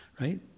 right